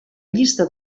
llista